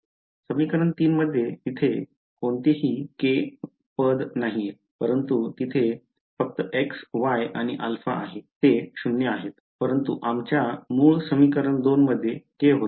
समीकरण 3 मध्ये येथे कोणतीही K पद नाही परंतु तेथे फक्त x y आणि α आहे ते 0 आहे परंतु आमच्या मूळ समीकरण 2 मध्ये k होते